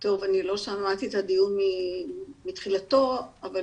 לא שמעתי את הדיון מתחילתו אבל